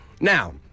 Now